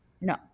no